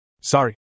Sorry